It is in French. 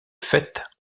fêtes